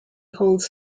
holds